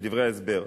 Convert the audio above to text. בדברי ההסבר,